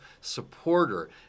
supporter